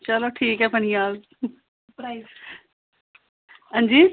चलो ठीक ऐ बनी जाह्ग अंजी